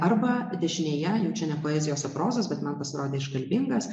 arba dešinėje čia ne poezijos o prozos bet man pasirodė iškalbingas